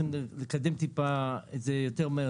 צריך לקדם את זה טיפה יותר מהר,